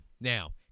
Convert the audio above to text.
Now